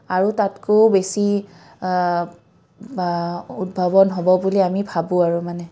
আৰু তাতকৈও বেছি উদ্ভাৱন হ'ব বুলি আমি ভাবোঁ আৰু মানে